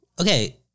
Okay